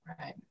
right